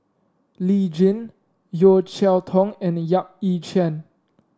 Lee Tjin Yeo Cheow Tong and Yap Ee Chian